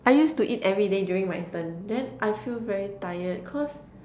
I used to eat everyday during my intern then I feel very tired cause